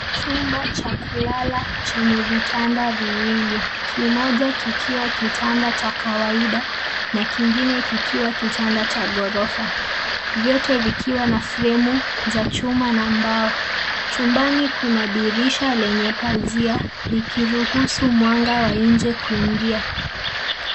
Chumba cha kulala chenye vitanda viwili. Kimoja kikiwa kitanda cha kawaida na kingine kikiwa kitanda cha ghorofa, vyote vikiwa na fremu za chuma na mbao. Chumbani kuna dirisha lenye pazia likiruhusu mwanga wa nje kuingia.